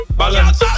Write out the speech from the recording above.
balance